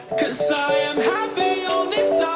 cause i am happy on this